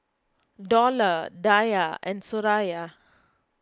Dollah Dhia and Suraya